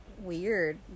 weird